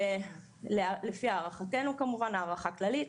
לפי הערכתנו כמובן, הערכה כללית,